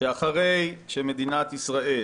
שאחרי שמדינת ישראל